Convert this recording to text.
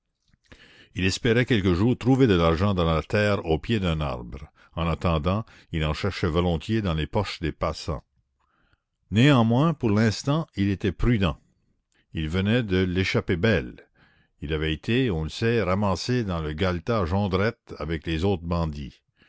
il espérait quelque jour trouver de l'argent dans la terre au pied d'un arbre en attendant il en cherchait volontiers dans les poches des passants néanmoins pour l'instant il était prudent il venait de l'échapper belle il avait été on le sait ramassé dans le galetas jondrette avec les autres bandits